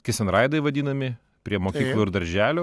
kis en raidai vadinami prie mokyklų ir darželių